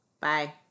Bye